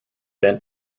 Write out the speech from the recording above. bent